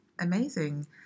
amazing